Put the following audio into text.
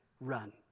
Run